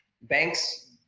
Banks